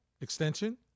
extension